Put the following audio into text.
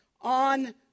On